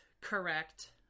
correct